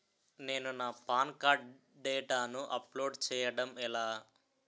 నేను నా PAN card డేటాను అప్లోడ్ చేయడం ఎలా?